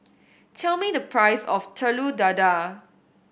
tell me the price of Telur Dadah